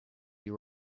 you